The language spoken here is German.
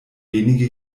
wenige